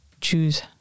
choose